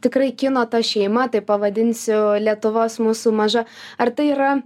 tikrai kino ta šeima taip pavadinsiu lietuvos mūsų maža ar tai yra